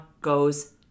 goes